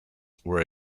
were